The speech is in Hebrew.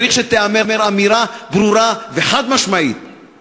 צריך שתיאמר אמירה ברורה וחד-משמעית,